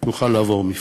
הוא יוכל לעבור מבחן.